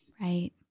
Right